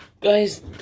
guys